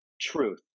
truth